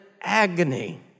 agony